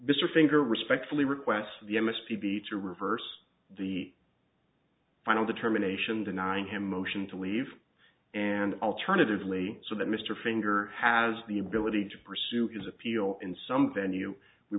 mr finger respectfully request the m s p b to reverse the final determination denying him motion to leave and alternatively so that mr finger has the ability to pursue his appeal in some venue we